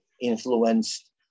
influenced